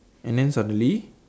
and then suddenly